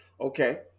Okay